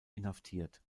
inhaftiert